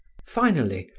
finally,